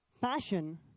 passion